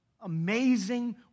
amazing